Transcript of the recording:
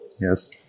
Yes